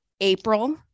April